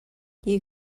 you